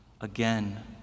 again